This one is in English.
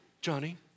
Johnny